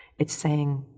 it's saying,